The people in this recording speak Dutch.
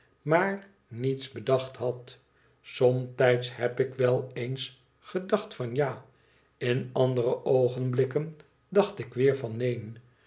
maar niets bedacht had somtijds heb ik wel eens gedacht van ja in andere oogenblikken dacht ik weer van neen